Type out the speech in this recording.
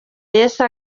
yesu